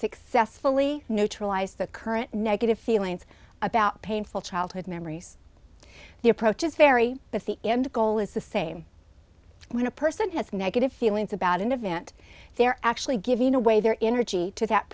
successfully neutralize the current negative feelings about painful childhood memories the approaches vary but the end goal is the same when a person has negative feelings about an event they're actually giving away their inner g to that